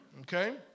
Okay